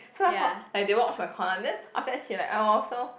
so like hor like they watch my corner then after that she like oh so